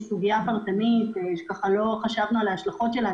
סוגיה פרטנית שלא חשבנו על ההשלכות שלה,